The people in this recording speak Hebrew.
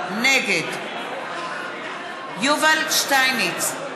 נגד יובל שטייניץ,